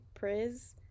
Priz